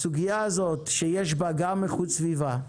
הסוגיה הזאת שיש בה גם איכות סביבה,